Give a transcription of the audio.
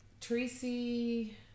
Tracy